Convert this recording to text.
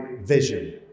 vision